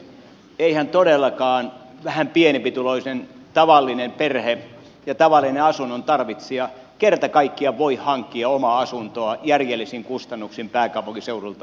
eihän todellakaan vähän pienempituloinen tavallinen perhe ja tavallinen asunnontarvitsija kerta kaikkiaan voi hankkia omaa asuntoa järjellisin kustannuksin pääkaupunkiseudulta